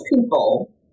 people